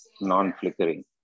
non-flickering